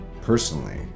personally